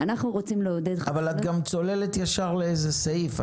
אנחנו רוצים לעודד -- אבל את גם צוללת ישר לאיזה סעיף,